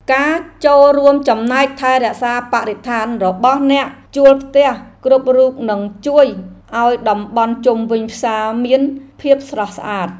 ការចូលរួមចំណែកថែរក្សាបរិស្ថានរបស់អ្នកជួលផ្ទះគ្រប់រូបនឹងជួយឱ្យតំបន់ជុំវិញផ្សារមានភាពស្រស់ស្អាត។